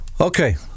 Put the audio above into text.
Okay